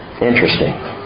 Interesting